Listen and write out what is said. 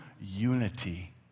unity